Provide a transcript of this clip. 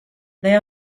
they